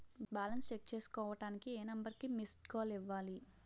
Balance check చేసుకోవటానికి ఏ number కి మిస్డ్ కాల్ ఇవ్వాలి?